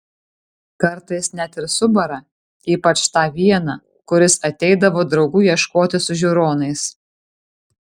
kartais net ir subara ypač tą vieną kuris ateidavo draugų ieškoti su žiūronais